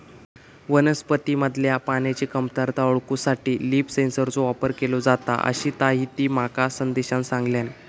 वनस्पतींमधल्या पाण्याची कमतरता ओळखूसाठी लीफ सेन्सरचो वापर केलो जाता, अशीताहिती माका संदेशान सांगल्यान